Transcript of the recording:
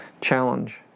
challenge